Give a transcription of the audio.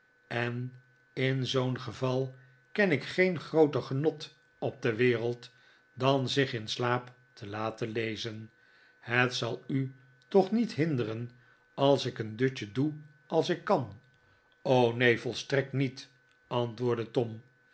en in zoo'n geval ken ik geen grooter genot op de wereld dan zich in slaap te laten lezen het zal u toch niet hinderen als ik een dutje doe als ik kan neen volstrekt niet antwoordde tom